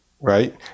right